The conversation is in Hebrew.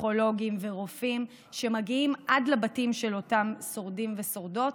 פסיכולוגים ורופאים שמגיעים עד לבתים של אותם שורדים ושורדות,